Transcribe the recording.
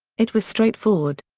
it was straightforward.